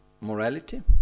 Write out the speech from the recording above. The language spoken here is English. morality